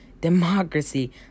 democracy